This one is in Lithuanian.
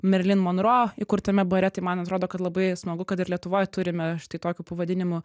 merlin monro įkurtame bare tai man atrodo kad labai smagu kad ir lietuvoj turime štai tokiu pavadinimu